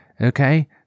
Okay